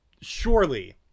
surely